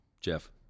Jeff